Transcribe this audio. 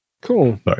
Cool